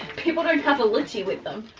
people don't have a luci with them.